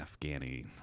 Afghani